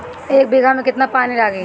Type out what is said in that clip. एक बिगहा में केतना पानी लागी?